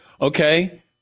okay